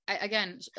again